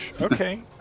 Okay